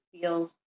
feels